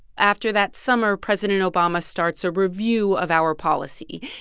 after that summer, president obama starts a review of our policy.